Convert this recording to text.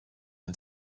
and